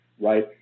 right